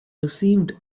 received